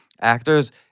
actors